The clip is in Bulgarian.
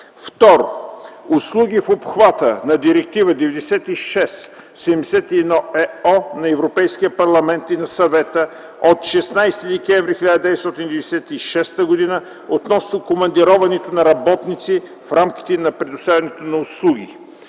2. услуги в обхвата на Директива 96/71/ЕО на Европейския парламент и на Съвета от 16 декември 1996 г. относно командироването на работници в рамките на предоставянето на услуги;